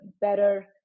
better